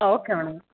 okay madam